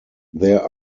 there